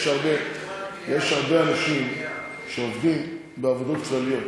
יש הרבה אנשים שעובדים בעבודות כלליות,